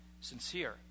sincere